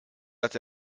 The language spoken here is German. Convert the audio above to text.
dass